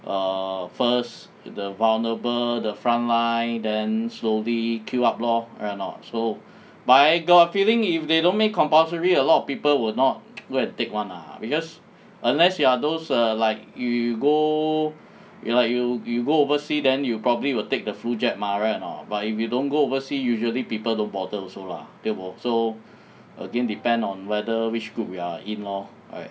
err first the vulnerable the front line then slowly queue up lor right a not so but I got a feeling if they don't make compulsory a lot of people will not go and take one lah because unless you are those like you go you like you you go overseas then you probably will take the flu jab mah right a not but if you don't go overseas usually people to bother also lah tio bo so again depend on whether which group we're in lor right